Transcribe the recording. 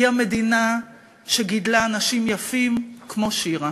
היא המדינה שגידלה אנשים יפים כמו שירה.